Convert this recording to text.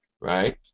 right